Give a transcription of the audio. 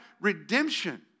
redemption